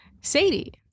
Sadie